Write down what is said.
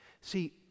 See